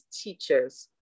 teachers